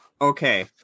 okay